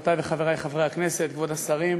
חברותי וחברי חברי הכנסת, כבוד השרים,